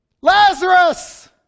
Lazarus